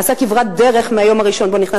עשו כברת דרך מהיום הראשון שבו הוא נכנס